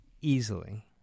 easily